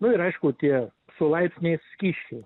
nu ir aišku tie su laipsniais skysčiai